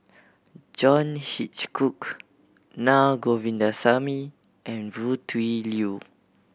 John Hitchcock Na Govindasamy and Foo Tui Liew